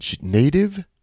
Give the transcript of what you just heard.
native